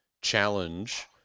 challenge